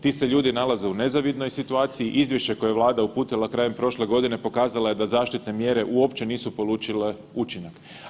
Ti se ljudi nalaze u nezavidnoj situaciji, izvješće koje je Vlada uputila krajem prošle godine pokazala je da zaštitne mjere uopće nisu polučile učinak.